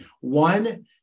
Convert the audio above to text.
One